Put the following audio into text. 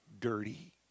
dirty